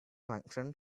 function